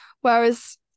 whereas